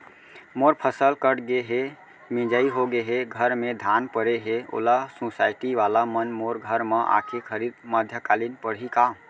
मोर फसल कट गे हे, मिंजाई हो गे हे, घर में धान परे हे, ओला सुसायटी वाला मन मोर घर म आके खरीद मध्यकालीन पड़ही का?